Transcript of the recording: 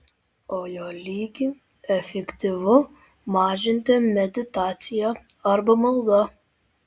o jo lygį efektyvu mažinti meditacija arba malda